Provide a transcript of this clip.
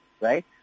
right